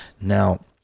Now